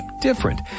different